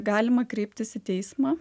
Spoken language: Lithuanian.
galima kreiptis į teismą